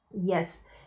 Yes